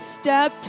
Step